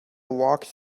walks